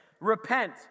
repent